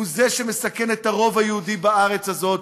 הוא זה שמסכן את הרוב היהודי בארץ הזאת,